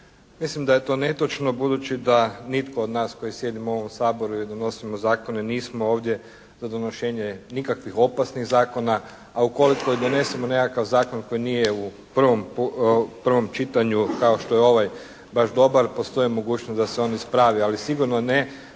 Mislim da je to netočno budući da nitko od nas koji sjedimo u ovom Saboru i donosimo zakone nismo ovdje za donošenje nikakvih opasnih zakona, a ukoliko i donesemo nekakav zakon koji nije u prvom čitanju kao što je ovaj baš dobar postoji mogućnost da se on ispravi ali sigurno ne